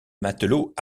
matelot